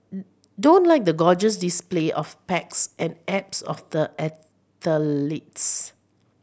don't like the gorgeous display of pecs and abs of the athletes